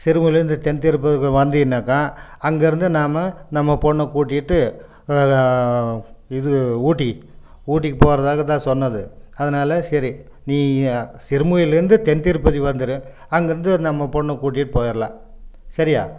சிறுமுகையிலிருந்து தென்திருப்பதிக்குள்ளே வந்தினாக்கா அங்கே இருந்து நாம் நம்ம பெண்ண கூட்டிகிட்டு இது ஊட்டி ஊட்டிக்கு போகிறதாக தான் சொன்னது அதனால சரி நீ சிறுமுகையிலேருந்து தென்திருப்பதி வந்திரு அங்கேருந்து நம்ம பெண்ண கூட்டிகிட்டு போயிடலாம் சரியா